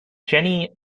jenny